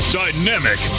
dynamic